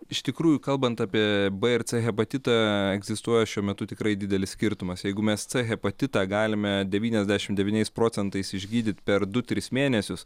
iš tikrųjų kalbant apie b ir c hepatitą egzistuoja šiuo metu tikrai didelis skirtumas jeigu mes c hepatitą galime devyniasdešimt devyniais procentais išgydyt per du tris mėnesius